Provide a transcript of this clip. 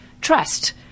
trust